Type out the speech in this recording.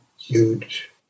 huge